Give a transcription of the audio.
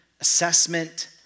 assessment